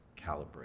calibrate